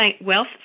Wealth